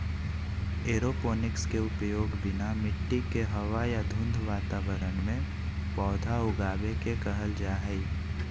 aeroponics के उपयोग बिना मिट्टी के हवा या धुंध वातावरण में पौधा उगाबे के कहल जा हइ